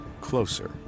closer